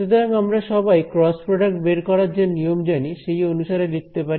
সুতরাং আমরা সবাই ক্রস প্রডাক্ট বের করার যে নিয়ম জানি সেই অনুসারে লিখতে পারি